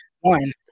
one